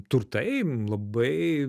turtai labai